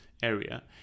area